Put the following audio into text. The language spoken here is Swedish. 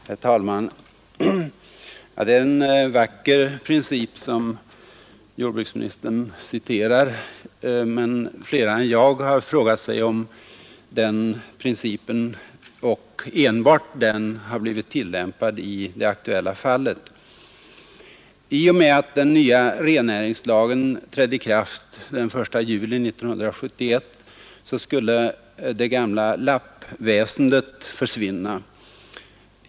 Herr talman! Det är en vacker princip som jordbruksministern citerar, men fler än jag har frågat sig om den principen och enbart den har blivit tillämpad i det aktuella fallet. I och med att den nya rennäringslagen trädde i kraft den 1 juli 1971 skulle det gamla lappväsendet försvinna.